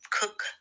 cook